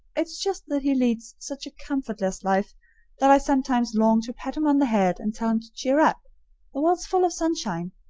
it's just that he leads such a comfortless life that i sometimes long to pat him on the head and tell him to cheer up the world's full of sunshine,